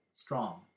strong